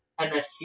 MSC